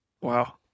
Wow